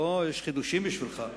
לא, יש חידושים בשבילך.